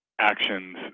actions